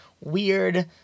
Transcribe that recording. weird